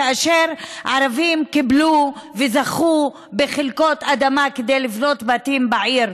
כאשר ערבים קיבלו וזכו בחלקות אדמה כדי לבנות בתים בעיר.